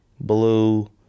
blue